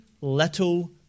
little